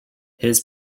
his